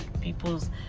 people's